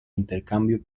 intercambio